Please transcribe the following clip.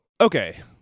okay